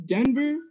Denver